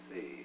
see